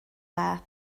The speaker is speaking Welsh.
dda